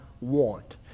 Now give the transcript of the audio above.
want